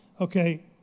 okay